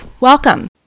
Welcome